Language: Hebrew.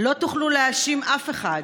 לא תוכלו להאשים אף אחד.